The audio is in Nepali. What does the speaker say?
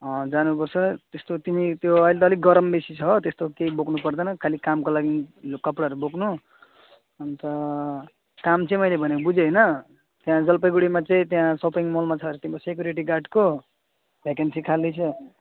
जानुपर्छ त्यस्तो तिमी त्यो अहिले त अलिक गरम बेसी छ हो त्यस्तो केही बोक्नुपर्दैन खालि कामको लागि यो कपडाहरू बोक्नु अन्त काम चाहिँ मैले भनेको बुझ्यौ होइन त्यहाँ जलपाइगुडीमा चाहिँ त्यहाँ सपिङ मलमा छ अरे तिम्रो सेक्युरिटी गार्डको भ्याकेन्सी खाली छ